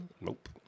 Nope